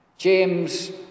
James